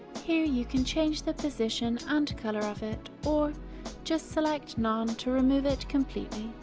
here you can change the position and color of it or just select none to remove it completely.